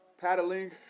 Paddling